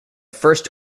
first